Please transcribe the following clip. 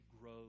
grow